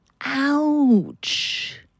Ouch